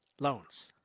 loans